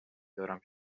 دارم